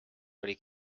oli